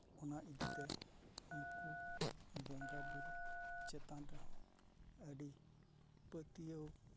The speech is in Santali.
ᱚᱱᱟ ᱤᱫᱤ ᱠᱟᱛᱮᱫ ᱩᱱᱠᱩ ᱵᱚᱸᱜᱟ ᱵᱩᱨᱩ ᱪᱮᱛᱟᱱ ᱨᱮ ᱟᱹᱰᱤ ᱯᱟᱹᱛᱭᱟᱹᱣ